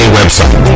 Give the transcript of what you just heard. website